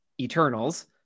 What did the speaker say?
Eternals